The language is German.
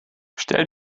stell